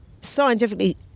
scientifically